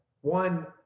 one